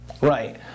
Right